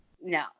no